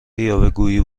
یاوهگویی